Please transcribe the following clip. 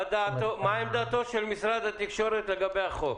מה עמדתו של משרד התקשורת בעניין הצעת החוק?